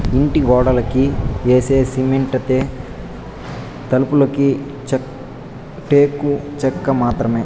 ఇంటి గోడలకి యేసే సిమెంటైతే, తలుపులకి టేకు చెక్క మాత్రమే